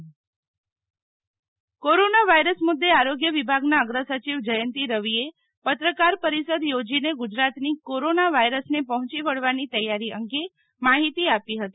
Sheetal Vaishnav corona virus મુદ્દે આરોગ્ય વિભાગના અગ્ર સચિવ જયંતિ રવીએ પત્રકાર પરિષદ યોજીને ગુજરાતની કોરાના વાયરસને પહોંચી વળવાની તૈયારી અંગે માહિતી આપી હતી